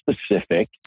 specific